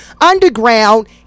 underground